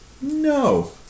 No